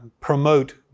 promote